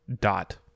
dot